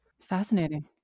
Fascinating